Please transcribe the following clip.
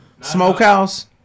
Smokehouse